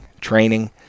training